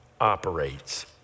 operates